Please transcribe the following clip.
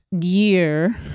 year